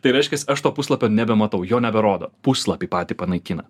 tai reiškias aš to puslapio nebematau jo neberodo puslapį patį panaikina